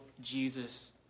Jesus